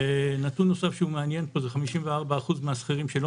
נתון נוסף שהוא מעניין פה זה 54% מהשכירים שלא